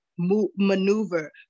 Maneuver